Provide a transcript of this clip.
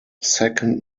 second